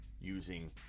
using